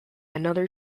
another